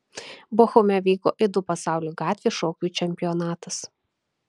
bochume vyko ido pasaulio gatvės šokių čempionatas